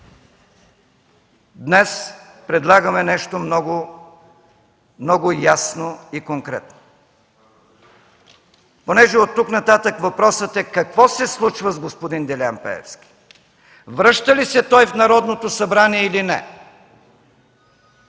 днес предлагаме нещо много ясно и конкретно, понеже от тук нататък въпросът е какво се случва с господин Делян Пеевски – връща ли се той в Народното събрание или не.